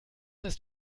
ist